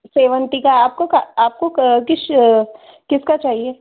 seventy का आपको का आपको किस किसका चाहिए